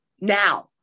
now